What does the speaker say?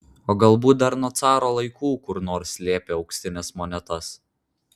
o galbūt dar nuo caro laikų kur nors slėpė auksines monetas